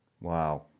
Wow